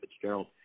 Fitzgerald